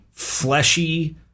fleshy